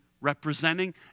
representing